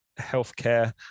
healthcare